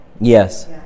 Yes